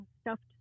Stuffed